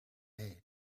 made